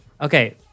Okay